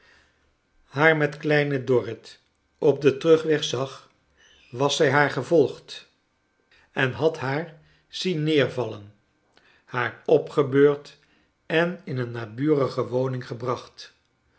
haar met kleine dorrit op den terugweg zag was zij haar gevolgd en had haar zien neervallen haar opgebeurd en in een naburige woning gebracht